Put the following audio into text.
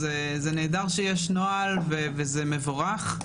זה נהדר שיש נוהל, וזה מבורך,